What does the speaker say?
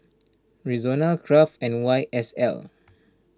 Rexona Kraft and Y S L